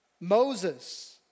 Moses